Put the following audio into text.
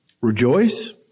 Rejoice